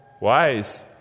wise